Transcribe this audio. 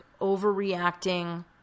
overreacting